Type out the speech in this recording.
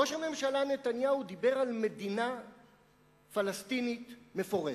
ראש הממשלה נתניהו דיבר על מדינה פלסטינית מפורזת.